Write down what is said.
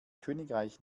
königreich